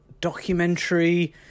documentary